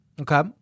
Okay